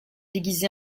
déguisé